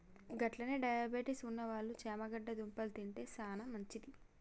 గట్లనే డయాబెటిస్ ఉన్నవాళ్ళు చేమగడ్డ దుంపలు తింటే సానా మంచిది